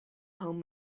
home